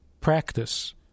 practice